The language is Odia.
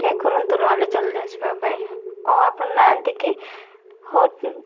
ଟ୍ରାଏ କରନ୍ତୁ ନହେଲେ ଜଲଦି ଆସିବା ପାଇଁ ଓହୋ ଆଉ ଆପଣ ନାହାନ୍ତି କି ହେଉ